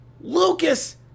Lucas